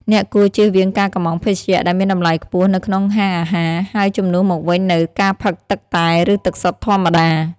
អ្នកគួរជៀសវាងការកុម្ម៉ង់ភេសជ្ជៈដែលមានតម្លៃខ្ពស់នៅក្នុងហាងអាហារ ហើយជំនួសមកវិញនូវការផឹកទឹកតែ ឬទឹកសុទ្ធធម្មតា។